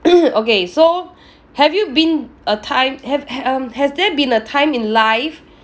okay so have you been a time have have um has there been a time in life